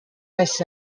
fsf